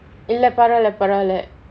இல்ல பரவால பரவால:illa paravaala paravaala